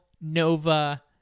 Nova